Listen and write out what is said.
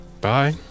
Bye